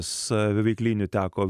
saviveiklinių teko